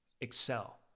excel